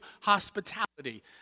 hospitality